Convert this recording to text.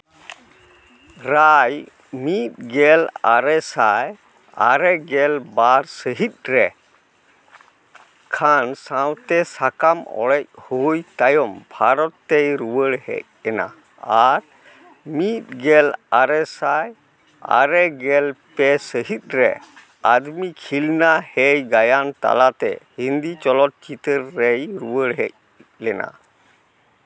dry ᱢᱤᱫ ᱜᱮᱞ ᱟᱨᱮ ᱥᱟᱭ ᱟᱨᱮ ᱜᱮᱞ ᱵᱟᱨ ᱥᱟᱺᱦᱤᱫ ᱨᱮ ᱠᱷᱟᱱ ᱥᱟᱶᱛᱮ ᱥᱟᱠᱟᱢ ᱚᱲᱮᱡ ᱦᱩᱭ ᱛᱟᱭᱚᱢ ᱵᱷᱟᱨᱚᱛᱮᱭ ᱨᱩᱭᱟᱹᱲ ᱦᱮᱡ ᱮᱱᱟ ᱟᱨ ᱢᱤᱫ ᱜᱮᱞ ᱟᱨᱮ ᱥᱟᱭ ᱟᱨᱮ ᱜᱮᱞ ᱯᱮ ᱥᱟᱺᱦᱤᱫ ᱨᱮ ᱟᱹᱫᱢᱤ ᱠᱷᱤᱞᱱᱟ ᱦᱮᱸ ᱜᱟᱭᱟᱱ ᱛᱟᱞᱟᱛᱮ ᱦᱤᱱᱫᱤ ᱪᱚᱞᱚᱪᱛᱟᱹᱨ ᱨᱮᱭ ᱨᱩᱭᱟᱹᱲ ᱦᱮᱡ ᱞᱮᱱᱟ